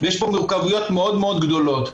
יש פה גם כמויות מאוד-מאוד גדולות.